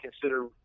consider